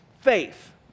faith